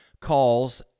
calls